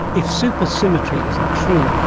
if supersymmetry isn't true,